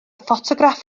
ffotograff